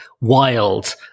wild